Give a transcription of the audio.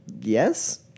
Yes